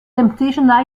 temptation